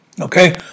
Okay